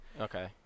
Okay